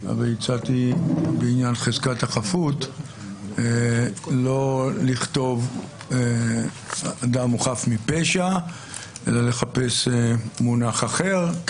והצעתי בעניין חזקת החפות לא לכתוב אדם הוא חף מפשע אלא לחפש מונח אחר.